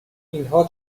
اینها